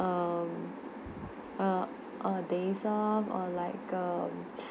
um a a days off or like a